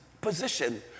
position